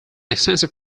extensive